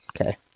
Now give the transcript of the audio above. okay